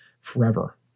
forever